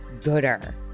Gooder